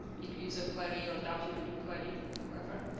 you know user query or document and query whatever.